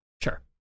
sure